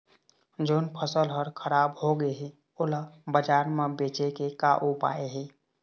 जोन फसल हर खराब हो गे हे, ओला बाजार म बेचे के का ऊपाय हे?